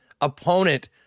opponent